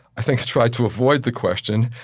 i think, tried to avoid the question,